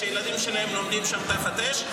שהילדים שלהם לומדים שם תחת אש,